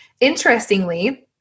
Interestingly